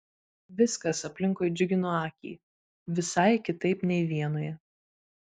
viskas aplinkui džiugino akį visai kitaip nei vienoje